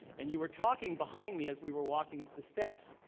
and you were talking behind me as we were walking up the steps.